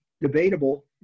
debatable